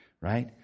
Right